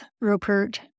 Rupert